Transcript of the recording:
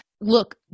look